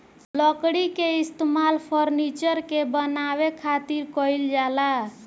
लकड़ी के इस्तेमाल फर्नीचर के बानवे खातिर कईल जाला